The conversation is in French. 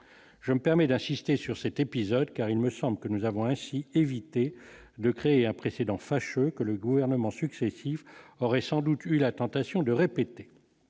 je me permets d'insister sur c'était pilote car il me semble que nous avons ainsi éviter de créer un précédent fâcheux que le gouvernement successifs aurait sans doute eu la tentation de répéter,